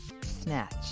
snatch